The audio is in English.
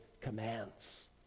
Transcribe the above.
commands